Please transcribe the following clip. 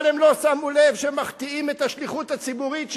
אבל הם לא שמו לב שהם מחטיאים את השליחות הציבורית שלהם,